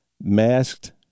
masked